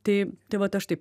tai tai vat aš taip